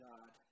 God